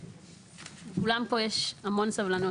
לכולם פה יש המון סבלנות,